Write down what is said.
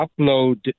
upload